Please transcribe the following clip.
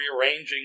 rearranging